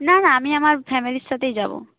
না না আমি আমার ফ্যামিলির সাথেই যাব